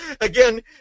Again